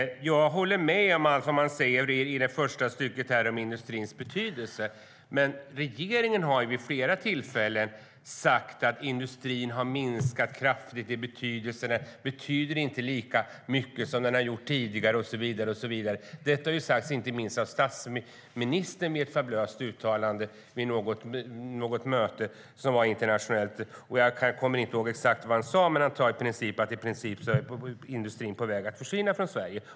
Jag håller med om allt man säger i det första stycket om industrins betydelse. Men regeringen har vid flera tillfällen sagt att industrin har minskat kraftigt i betydelse, att den inte betyder lika mycket som den har gjort tidigare och så vidare. Detta har sagts inte minst av statsministern i ett fabulöst uttalande vid något internationellt möte. Jag kommer inte ihåg exakt vad han sade, men i stora drag var det att industrin i princip är på väg att försvinna från Sverige.